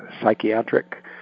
psychiatric